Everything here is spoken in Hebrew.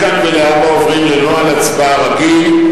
מכאן ולהבא עוברים לנוהל הצבעה רגיל.